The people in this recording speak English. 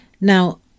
Now